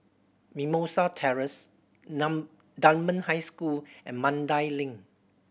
Mimosa Terrace Dunman High School and Mandai Link